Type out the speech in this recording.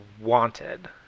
wanted